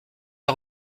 loi